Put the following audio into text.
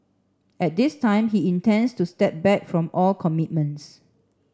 at this time he intends to step back from all commitments